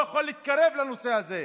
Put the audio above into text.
לא יכול להתקרב לנושא הזה,